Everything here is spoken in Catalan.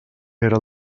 era